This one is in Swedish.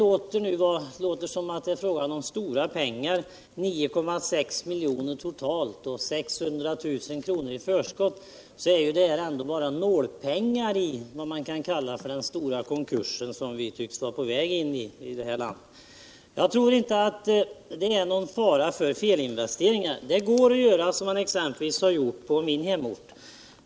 Det kan låta som om det är mycket pengar, 9,6 milj.kr. totalt och 600 000 kr. i förskott, men det är ändå bara nålpengar i vad man kan kalla för den stora konkurs som vi tycks vara på väg mot i detta land. Jag tror inte det är någon fara för felinvesteringar. Det går att göra som man exempelvis har gjort på min hemort.